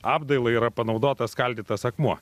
apdailai yra panaudotas skaldytas akmuo